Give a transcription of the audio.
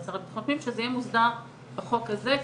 אנחנו רוצים שזה יהיה מוסדר בחוק הזה.